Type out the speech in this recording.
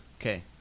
Okay